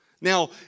Now